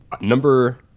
Number